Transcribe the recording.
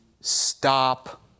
stop